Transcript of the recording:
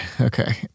okay